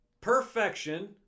perfection